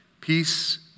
Peace